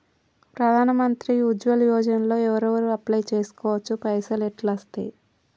ప్రధాన మంత్రి ఉజ్వల్ యోజన లో ఎవరెవరు అప్లయ్ చేస్కోవచ్చు? పైసల్ ఎట్లస్తయి?